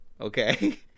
okay